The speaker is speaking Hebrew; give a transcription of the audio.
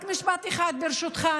רק משפט אחד, ברשותך.